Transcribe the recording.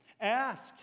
Ask